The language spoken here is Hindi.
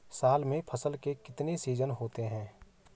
साल में फसल के कितने सीजन होते हैं?